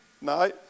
No